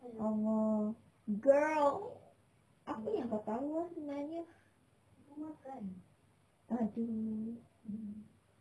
allah girl apa yang kau tahu ah sebenarnya !aduh!